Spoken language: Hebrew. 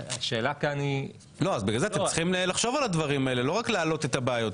אז בגלל זה אתם צריכים לחשוב על הדברים האלה לא רק להעלות את הבעיות,